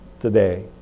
today